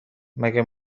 مگه